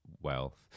wealth